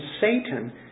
Satan